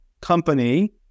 company